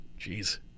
Jeez